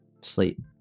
sleep